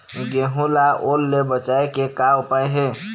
गेहूं ला ओल ले बचाए के का उपाय हे?